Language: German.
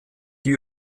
die